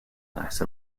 nice